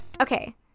Okay